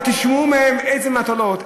ותשמעו מהם איזה מטלות,